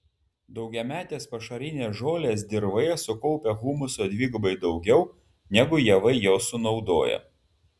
daugiametės pašarinės žolės dirvoje sukaupia humuso dvigubai daugiau negu javai jo sunaudoja